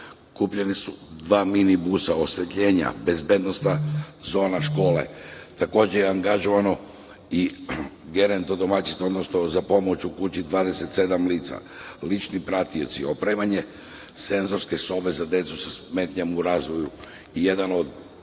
kupljena su dva minibusa, osvetljenje, bezbednosna zona škole, takođe su angažovane geronto-domaćice, odnosno za pomoć u kući, za 27 lica, lični pratioci, opremanje senzorske sobe za decu sa smetnjama u razvoju, jedan od